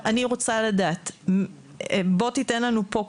אני רוצה לדעת, תיתן לנו פה כיוונים,